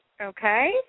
Okay